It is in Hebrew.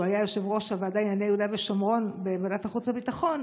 היה יושב-ראש הוועדה לענייני יהודה ושומרון בוועדת החוץ והביטחון.